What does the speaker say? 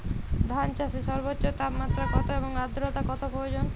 ধান চাষে সর্বোচ্চ তাপমাত্রা কত এবং আর্দ্রতা কত প্রয়োজন?